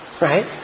Right